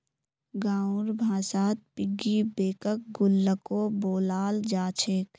गाँउर भाषात पिग्गी बैंकक गुल्लको बोलाल जा छेक